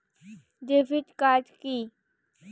Debit card key?